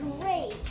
great